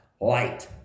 light